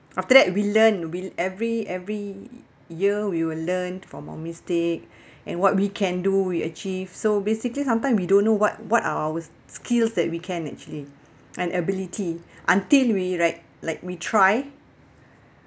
after that we learned we every every year we will learned from our mistake and what we can do we achieve so basically sometime we don't know what what are our skills that we can actually and ability until we right like we try